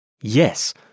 Yes